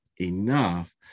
enough